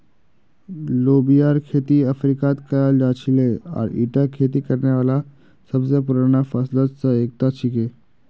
लोबियार खेती अफ्रीकात कराल जा छिले आर ईटा खेती करने वाला सब स पुराना फसलत स एकता छिके